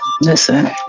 Listen